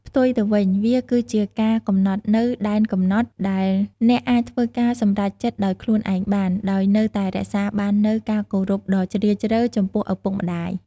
ផ្ទុយទៅវិញ វាគឺជាការកំណត់នូវ ដែនកំណត់ ដែលអ្នកអាចធ្វើការសម្រេចចិត្តដោយខ្លួនឯងបាន ដោយនៅតែរក្សាបាននូវ ការគោរពដ៏ជ្រាលជ្រៅ ចំពោះឪពុកម្ដាយ។